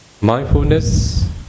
Mindfulness